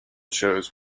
shows